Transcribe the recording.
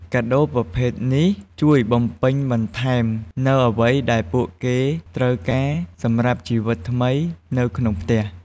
កាដូប្រភេទនេះជួយបំពេញបន្ថែមនូវអ្វីដែលពួកគេត្រូវការសម្រាប់ជីវិតថ្មីនៅក្នុងផ្ទះ។